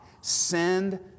Send